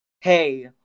Hey